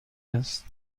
است